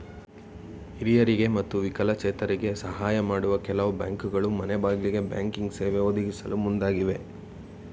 ಹಿರಿಯರಿಗೆ ಮತ್ತು ವಿಕಲಚೇತರಿಗೆ ಸಾಹಯ ಮಾಡಲು ಕೆಲವು ಬ್ಯಾಂಕ್ಗಳು ಮನೆಗ್ಬಾಗಿಲಿಗೆ ಬ್ಯಾಂಕಿಂಗ್ ಸೇವೆ ಒದಗಿಸಲು ಮುಂದಾಗಿವೆ